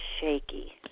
shaky